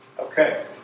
Okay